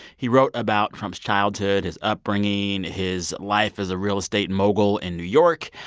he wrote about trump's childhood, his upbringing, his life as a real estate mogul in new york.